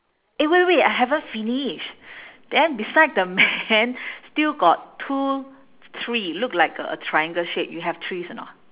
eh wait wait I haven't finish then beside the man still got two tree look like a triangle shape you have trees or not